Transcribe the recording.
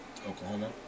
Oklahoma